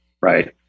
Right